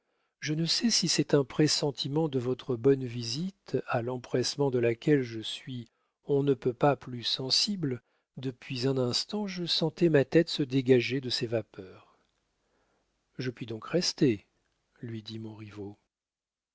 je ne sais si c'est un pressentiment de votre bonne visite à l'empressement de laquelle je suis on ne peut pas plus sensible depuis un instant je sentais ma tête se dégager de ses vapeurs je puis donc rester lui dit montriveau ah